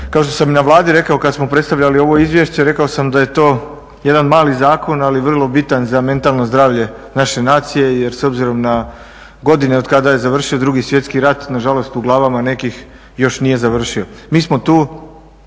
kao što sam i na Vladi rekao kad smo predstavljali ovo izvješće rekao sam da je to jedan mali zakon ali vrlo bitan za mentalno zdravlje naše nacije, jer s obzirom na godine od kada je završio Drugi svjetski rat na žalost u glavama nekih još nije završio.